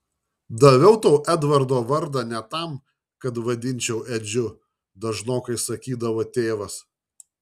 daviau tau edvardo vardą ne tam kad vadinčiau edžiu dažnokai sakydavo tėvas